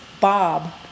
Bob